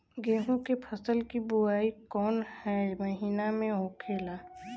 गेहूँ के फसल की बुवाई कौन हैं महीना में होखेला?